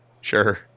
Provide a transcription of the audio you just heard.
Sure